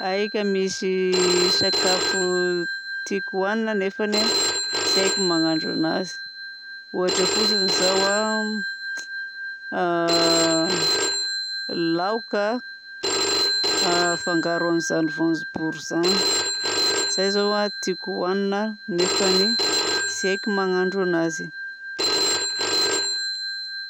Aika misy sakafo tiako ohanina nefany tsy haiko ny mahando agnazy. Ohatra fotsiny zao a laoka hafangaro an'izany voanjobory izany izay zao a tiako ohanina nefany tsy haiko mahandro anazy.